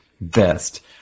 best